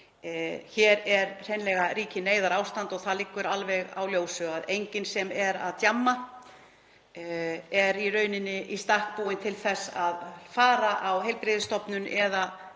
Hér ríkir hreinlega neyðarástand og það liggur alveg á ljósu að enginn sem er að djamma er í raun í stakk búinn til þess að fara á heilbrigðisstofnun eða